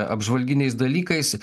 apžvalginiais dalykais